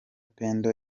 pendo